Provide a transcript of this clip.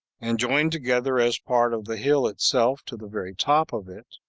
and joined together as part of the hill itself to the very top of it,